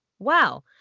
wow